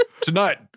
Tonight